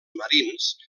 marins